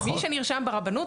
מי שנרשם ברבנות,